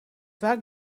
vaak